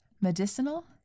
medicinal